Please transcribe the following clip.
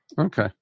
Okay